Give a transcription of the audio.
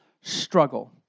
struggle